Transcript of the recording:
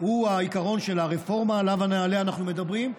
העיקרון שעליו אנחנו מדברים,